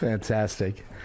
Fantastic